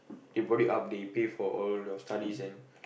they brought you up they pay for all your studies and